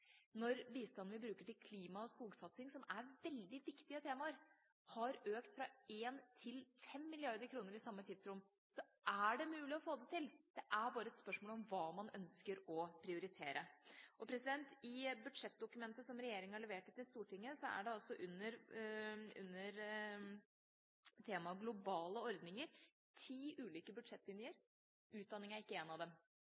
når bistanden vi bruker til klima og skogsatsing, som er veldig viktige temaer, har økt fra 1 til 5 mrd. kr i samme tidsrom, så er det mulig å få det til. Det er bare et spørsmål om hva man ønsker å prioritere. I budsjettdokumentet som regjeringa har levert til Stortinget, er det under temaet globale ordninger ti ulike